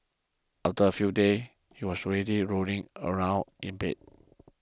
after a few days he was already rolling around in bed